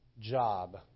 job